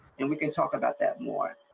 and we can talk about that more.